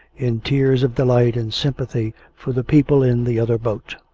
in tears of delight and sympathy for the people in the other boat.